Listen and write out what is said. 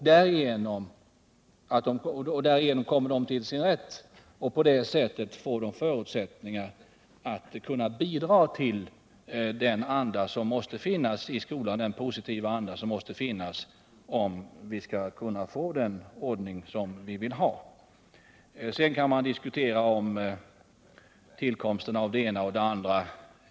Därigenom kommer de till sin rätt, och på det sättet får de förutsättningar att bidra till den positiva anda som måste finnas i skolan, om vi skall kunna få den ordning som vi vill ha. Sedan kan man diskutera om tillkomsten av det ena och det andra.